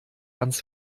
ans